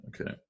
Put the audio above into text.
okay